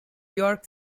york